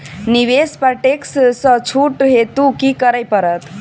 निवेश पर टैक्स सँ छुट हेतु की करै पड़त?